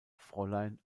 fräulein